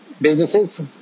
businesses